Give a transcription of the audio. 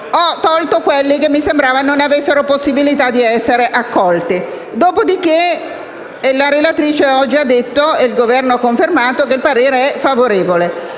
proposte che mi sembrava non avessero possibilità di essere accolte. Dopo di che la relatrice oggi ha detto - e il Governo lo ha confermato - che il parere è favorevole.